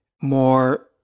more